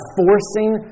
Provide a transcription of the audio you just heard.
forcing